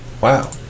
wow